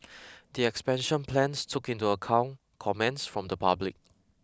the expansion plans took into account comments from the public